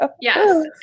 Yes